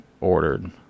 ordered